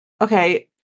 Okay